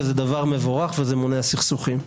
זה דבר מבורך וזה מונע סכסוכים.